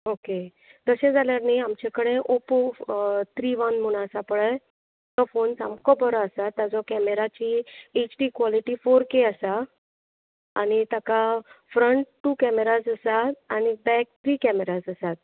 okay तशें जाल्यार न्ही आमचे कडेन ओपो त्री वन म्हुणू आसा पळय तो फोन सामको बरो आसा ताजो कॅमेराची एचडी कॉलेटी फोर के आसा आनी ताका फ्रंट टू कॅमेराज आसात आनी बॅक त्री कॅमेराज आसात